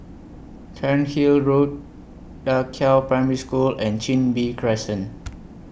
Cairnhill Road DA Qiao Primary School and Chin Bee Crescent